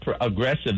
aggressive